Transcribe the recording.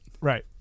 Right